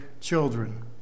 children